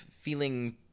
feeling